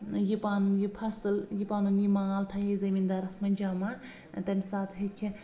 یہِ پَنُن یہِ فصٕل یہِ پَنُن یہِ مال تھایہِ ہے زمیٖن دار اَتھ منٛز جمع تَمہِ ساتہٕ ہٮ۪کہِ ہا